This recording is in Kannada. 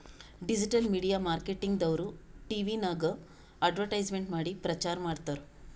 ಡಿಜಿಟಲ್ ಮೀಡಿಯಾ ಮಾರ್ಕೆಟಿಂಗ್ ದವ್ರು ಟಿವಿನಾಗ್ ಅಡ್ವರ್ಟ್ಸ್ಮೇಂಟ್ ಮಾಡಿ ಪ್ರಚಾರ್ ಮಾಡ್ತಾರ್